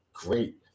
Great